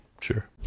Sure